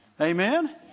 Amen